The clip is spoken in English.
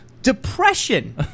Depression